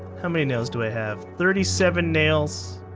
how many nails do i have? thirty seven nails.